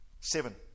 Seven